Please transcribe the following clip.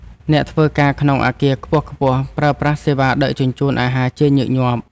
អ្នកធ្វើការក្នុងអគារខ្ពស់ៗ ប្រើប្រាស់សេវាដឹកជញ្ជូនអាហារជាញឹកញាប់។